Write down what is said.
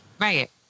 Right